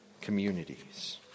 communities